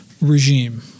regime